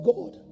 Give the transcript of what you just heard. God